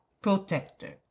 protector